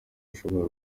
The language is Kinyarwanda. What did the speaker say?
ashobora